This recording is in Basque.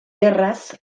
erraz